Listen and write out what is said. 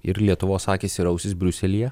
ir lietuvos akys ir ausys briuselyje